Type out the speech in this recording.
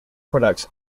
products